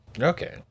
Okay